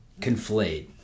conflate